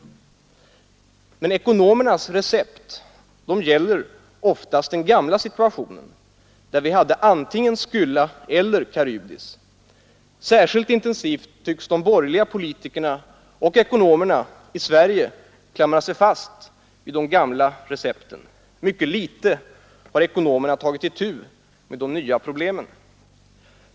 Men ekonomernas recept gäller oftast den gamla situationen, där vi hade antingen Skylla eller Charybdis. Särskilt intensivt tycks de borgerliga politikerna och ekonomerna i Sverige klamra sig fast vid de gamla recepten. Mycket litet har ekonomerna tagit itu med de nya problemen.